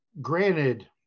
granted